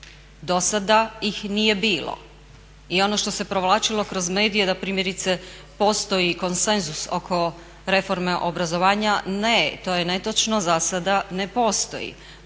Dosada ih nije bilo. I ono što se provlačilo kroz medije da primjerice postoji konsenzus oko reforme obrazovanja, ne, to je netočno zasada, ne postoji.